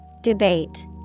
Debate